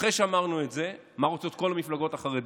אחרי שאמרנו את זה, מה רוצות כל המפלגות החרדיות?